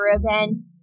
events